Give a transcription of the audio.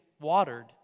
watered